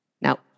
Now